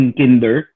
kinder